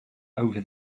over